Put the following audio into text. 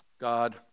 God